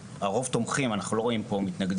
הרוב תומכים, אנחנו לא רואים פה מתנגדים.